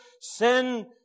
sin